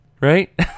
right